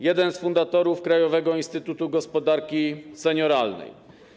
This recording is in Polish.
Jeden z fundatorów Krajowego Instytutu Gospodarki Senioralnej.